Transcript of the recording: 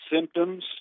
symptoms